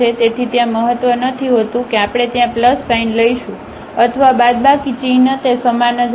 તેથી ત્યાં મહત્વ નથી હોતું કે આપણે ત્યાં પ્લસ સાઇન લઈશું અથવા બાદબાકી ચિહ્ન તે સમાન જ હશે